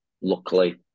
luckily